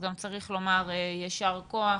צריך לומר יישר כוח